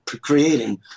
creating